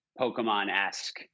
Pokemon-esque